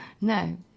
No